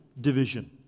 division